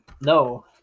No